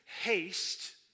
haste